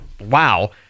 wow